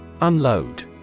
Unload